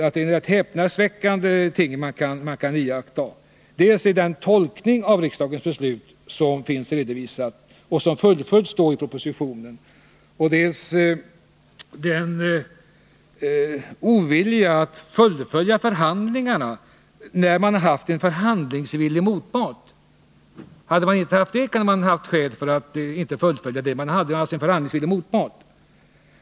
Det är häpnadsväckande ting man kan iaktta. Jag avser dels den tolkning av riksdagens beslut som finns redovisad och som fullföljs i propositionen, dels oviljan att fullfölja förhandlingarna trots att man har haft en förhandlingsvillig motpart — hade man inte haft det, kunde det ha funnits skäl för att inte fortsätta, men man hade alltså en motpart som var villig att förhandla.